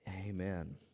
Amen